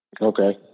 Okay